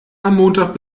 montag